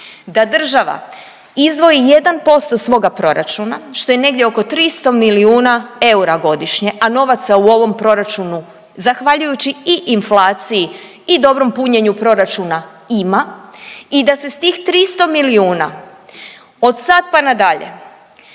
da država izdvoji 1% svoga proračuna, što je negdje oko 300 milijuna eura godišnje, a novaca u ovom proračuna, zahvaljujući i inflaciji i dobrom punjenju proračuna ima i da se s tih 300 milijuna od sad pa na dalje